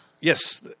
Yes